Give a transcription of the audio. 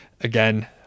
again